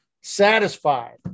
satisfied